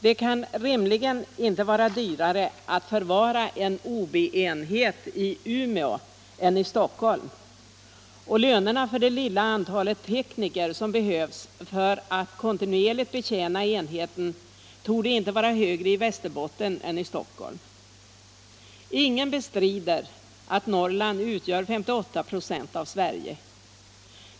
Det kan rimligen inte vara dyrare att förvara en OB-enhet i Umeå än i Stockholm. Lönerna för det lilla antalet tekniker som behövs för att kontinuerligt betjäna enheterna torde inte vara högre i Västerbotten än i Stockholm. Ingen bestrider att Norrland utgör 58 ". av Sverige.